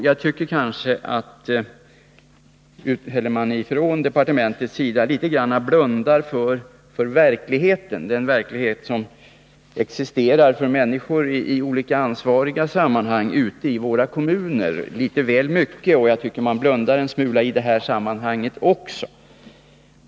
Jag tycker att man från departementets sida kanske väl mycket blundar för verkligheten, den verklighet som existerar för människor iolika ansvarssammanhang ute i våra kommuner. Jag tycker man blundar en smula i detta sammanhang också.